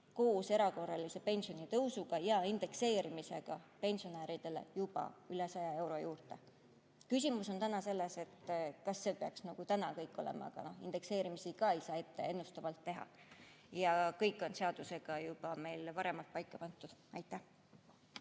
koos erakorralise pensionitõusuga ja indekseerimisega pensionäridele juba üle 100 euro juurde. Küsimus on selles, kas see peaks täna kõik olema, aga no indekseerimisi ka ei saa ette ennustavalt teha. Ja kõik on seadusega meil juba varem paika pandud. Aitäh,